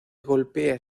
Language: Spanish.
golpea